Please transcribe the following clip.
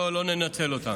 לא ננצל אותן.